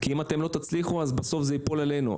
כי אם אתם לא תצליחו, בסוף זה ייפול עלינו.